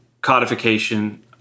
codification